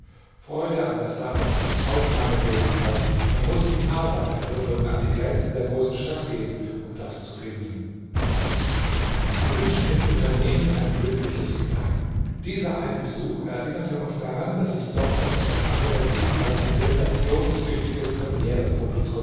freude an der sache aufnahmefähigkeit man muß in arbeitervierteln an die grenzen der großen stadt gehen um das zu finden wir wünschen dem unternehmen ein glückliches gedeihen dieser eine besuch erinnerte uns daran daß es doch noch etwas anderes gibt als ein